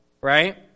right